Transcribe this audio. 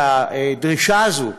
והדרישה הזאת,